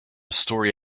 story